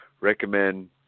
recommend